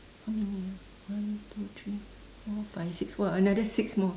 how many ah one two three four five six !wah! another six more